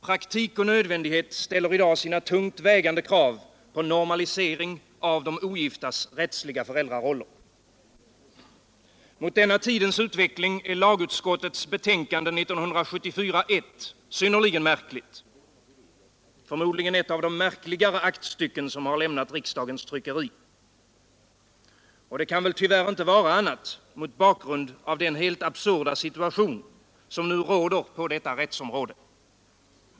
Praktik och nödvändighet ställer i dag sina tungt vägande krav på normalisering av de ogiftas rättsliga föräldraroller. Mot bakgrund av denna tidens utveckling är lagutskottets betänkande nr 1 år 1974 synnerligen märkligt — förmodligen ett av de märkligare aktstycken som lämnat riksdagens tryckeri. Och det kan väl tyvärr inte vara annat mot bakgrund av den helt absurda situation som nu råder på detta rättsområde.